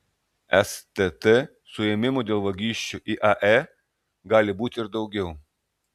stt suėmimų dėl vagysčių iae gali būti ir daugiau